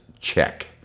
Check